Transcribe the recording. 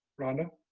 rhonda